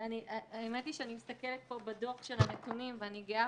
והאמת היא שאני מסתכלת פה בדוח של הנתונים ואני גאה